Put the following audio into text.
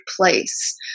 place